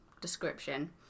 description